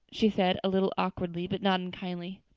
she said, a little awkwardly, but not unkindly.